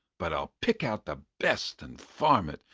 but i'll pick out the best and farm it.